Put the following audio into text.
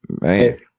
man